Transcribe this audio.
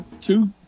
two